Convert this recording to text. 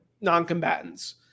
non-combatants